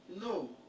No